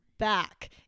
back